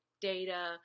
data